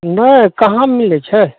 नहि कहाँ मिलैत छै